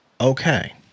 okay